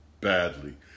badly